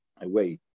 away